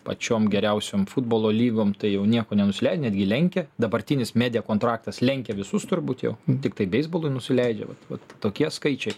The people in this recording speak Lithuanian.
pačiom geriausiom futbolo lygom tai jau niekuo nenusileidžia netgi lenkia dabartinis media kontraktas lenkia visus turbūt jau tiktai beisbolui nusileidžia vat vat tokie skaičiai